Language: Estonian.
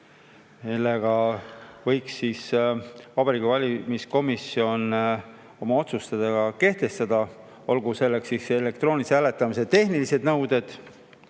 mida võiks Vabariigi Valimiskomisjon oma otsustega kehtestada, olgu selleks siis elektroonilise hääletamise tehnilised nõuded